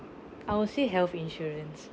I will say health insurance